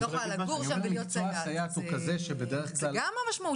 גם לזה יש משמעות